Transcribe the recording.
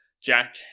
jack